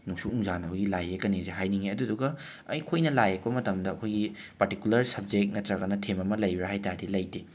ꯅꯨꯡꯁꯨꯛ ꯅꯨꯡꯖꯥꯟꯅꯕꯒꯤ ꯂꯥꯏ ꯌꯦꯛꯀꯅꯤꯁꯤ ꯍꯥꯏꯅꯤꯡꯉꯦ ꯑꯗꯨꯗꯨꯒ ꯑꯩꯈꯣꯏꯅ ꯂꯥꯏ ꯌꯦꯛꯄ ꯃꯇꯝꯗ ꯑꯩꯈꯣꯏꯒꯤ ꯄꯥꯔꯇꯤꯀꯨꯂꯔ ꯁꯞꯖꯦꯛ ꯅꯠꯇ꯭ꯔꯒ ꯊꯤꯝ ꯑꯃ ꯂꯩꯕ꯭ꯔꯥ ꯍꯥꯏꯕ ꯇꯥꯔꯗꯤ ꯂꯩꯇꯦ